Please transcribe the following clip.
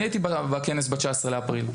אני הייתי בכנס ב-19 לאפריל.